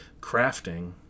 crafting